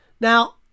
Now